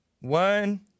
One